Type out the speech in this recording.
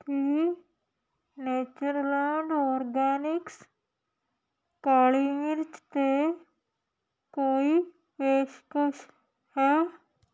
ਕੀ Natureland Organics ਕਾਲੀ ਮਿਰਚ 'ਤੇ ਕੋਈ ਪੇਸ਼ਕਸ਼ ਹੈ